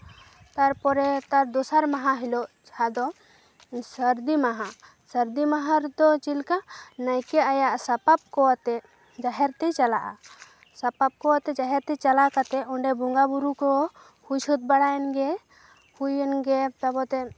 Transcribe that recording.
ᱛᱟᱨᱯᱚᱨᱮ ᱛᱟᱨ ᱫᱚᱥᱟᱨ ᱢᱟᱦᱟ ᱦᱤᱞᱳᱜ ᱟᱫᱚ ᱥᱟᱹᱨᱫᱤ ᱢᱟᱦᱟ ᱥᱟᱹᱨᱫᱤ ᱢᱟᱦᱟ ᱨᱮᱫᱚ ᱪᱮᱫᱞᱮᱠᱟ ᱱᱟᱭᱠᱮ ᱟᱭᱟᱜ ᱥᱟᱯᱟᱵᱽ ᱠᱚ ᱟᱛᱮ ᱡᱟᱦᱮᱨ ᱛᱮᱭ ᱪᱟᱞᱟᱜᱼᱟ ᱥᱟᱯᱟᱵᱽ ᱠᱚ ᱟᱛᱮ ᱡᱟᱦᱮᱨ ᱛᱮ ᱪᱟᱞᱟᱣ ᱠᱟᱛᱮ ᱚᱸᱰᱮ ᱵᱚᱸᱜᱟ ᱵᱩᱨᱩ ᱠᱚ ᱦᱩᱭ ᱥᱟᱹᱛ ᱵᱟᱲᱟᱭᱮᱱ ᱜᱮ ᱦᱩᱭᱮᱱ ᱜᱮ ᱛᱟᱯᱚᱛᱮ